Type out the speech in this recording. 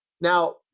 Now